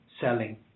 selling